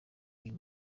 uyu